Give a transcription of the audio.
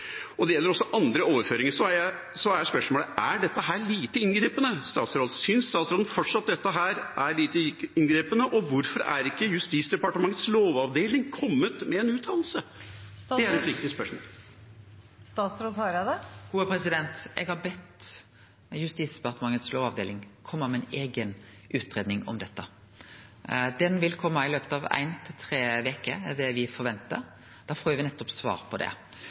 Det gjelder også andre overføringer. Så er spørsmålet: Er dette lite inngripende? Synes statsråden fortsatt at dette er lite inngripende, og hvorfor har ikke Justisdepartementets lovavdeling kommet med en uttalelse? Det er et viktig spørsmål. Eg har bedt Justisdepartementets lovavdeling kome med ei eiga utgreiing om dette. Ho vil kome i løpet av ein til tre veker. Det er det vi forventar. Da får vi svar på nettopp det. Eg skal ikkje seie om eg tar lett på det